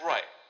Right